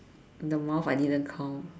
the mouth I didn't count